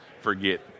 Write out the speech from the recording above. forget